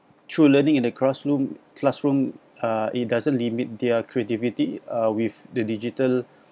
through learning in the classroom classroom uh it doesn't limit their creativity uh with the digital